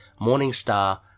Morningstar